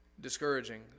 discouraging